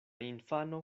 infano